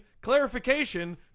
clarification